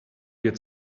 wir